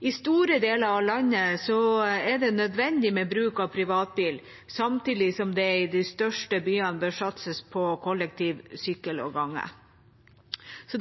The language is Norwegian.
I store deler av landet er det nødvendig med bruk av privatbil, samtidig som det i de største byene bør satses på kollektiv, sykkel og gange.